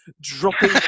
dropping